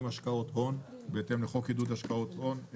השקעות הון בהתאם לחוק עידוד השקעות הון.